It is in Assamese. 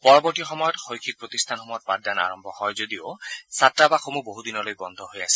পৰৱৰ্তী সময়ত শৈক্ষিক প্ৰতিষ্ঠানসমূহত পাঠদান আৰম্ভ হয় যদিও ছাত্ৰাবাসসমূহ বহুদিনলৈ বন্ধ হৈ আছিল